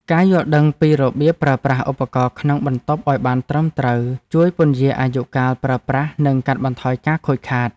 ការយល់ដឹងពីរបៀបប្រើប្រាស់ឧបករណ៍ក្នុងបន្ទប់ឱ្យបានត្រឹមត្រូវជួយពន្យារអាយុកាលប្រើប្រាស់និងកាត់បន្ថយការខូចខាត។